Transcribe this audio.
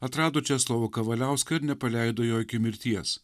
atrado česlovą kavaliauską ir nepaleido jo iki mirties